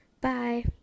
Bye